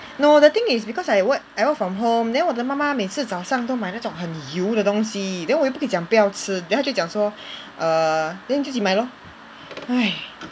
no the thing is because I wo~ I work from home then 我的妈妈每次早上都买那种很油的东西 then 我不又不可以讲不要吃 then 她就会讲说 err then 你自己买 lor